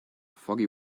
foggy